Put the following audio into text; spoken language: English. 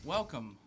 Welcome